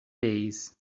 days